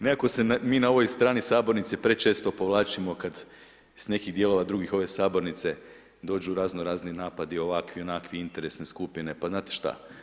Nekako se mi na ovoj strani sabornice prečesto povlačimo kad iz nekih drugih dijelova ove sabornice dođu razno-razni napadi ovakvih-onakvih interesnih skupina, pa znate šta?